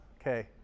Okay